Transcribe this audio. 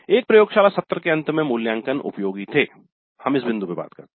एक प्रयोगशाला सत्र के अंत में मूल्यांकन उपयोगी थे हम इस बिंदु पर बात करते है